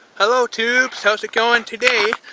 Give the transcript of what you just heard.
hello tubes. how's it going today?